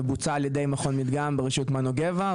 ובוצע על ידי מכון מדגם בראשות מנו גבע.